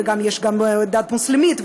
ויש גם דת מוסלמית,